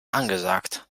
angesagt